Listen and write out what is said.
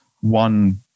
one